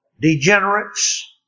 Degenerates